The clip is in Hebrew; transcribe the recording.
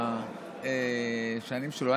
כן, השנים שלו.